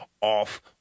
off